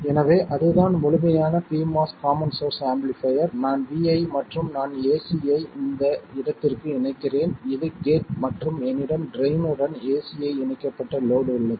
எனவே அதுதான் முழுமையான pMOS காமன் சோர்ஸ் ஆம்பிளிஃபைர் நான் vi மற்றும் நான் AC ஐ இந்த இடத்திற்கு இணைக்கிறேன் இது கேட் மற்றும் என்னிடம் ட்ரைன் உடன் AC ஐ இணைக்கப்பட்ட லோட் உள்ளது